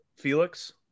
Felix